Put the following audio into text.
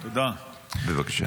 בבקשה.